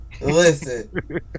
Listen